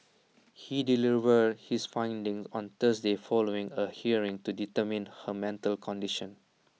he delivered his findings on Thursday following A hearing to determine her mental condition